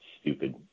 stupid